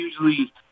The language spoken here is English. usually